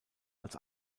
als